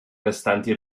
restanti